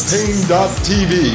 Pain.tv